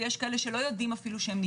ויש כאלה שלא יודעים שנדבקו.